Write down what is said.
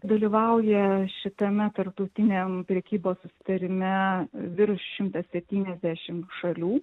dalyvauja šitame tarptautiniam prekybos susitarime virš šimtas septyniasdešim šalių